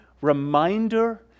reminder